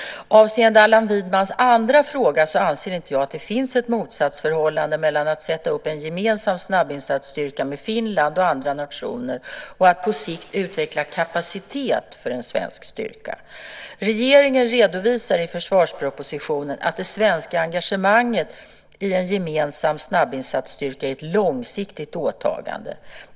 Avseende Allan Widmans andra fråga anser jag inte att det finns ett motsatsförhållande mellan att sätta upp en gemensam snabbinsatsstyrka med Finland och andra nationer och att på sikt utveckla kapacitet för en svensk styrka. Regeringen redovisar i försvarspropositionen att det svenska engagemanget i en gemensam snabbinsatsstyrka är ett långsiktigt åtagande.